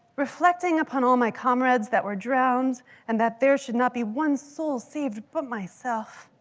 reflecting upon all my comrades that were drowned and that there should not be one soul saved but myself,